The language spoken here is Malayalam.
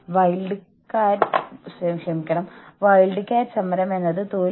പ്രത്യേകിച്ച് അവരെ ബാധിക്കാൻ പോകുന്ന തീരുമാനങ്ങളിൽ